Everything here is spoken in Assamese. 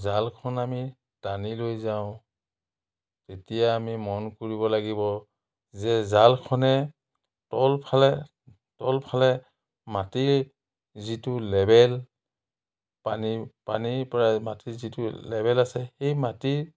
জালখন আমি টানি লৈ যাওঁ তেতিয়া আমি মন কৰিব লাগিব যে জালখনে তলফালে তলফালে মাটি যিটো লেবেল পানী পানীৰ পৰা মাটিৰ যিটো লেবেল আছে সেই মাটি